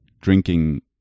Drinking